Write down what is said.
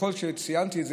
כפי שציינתי,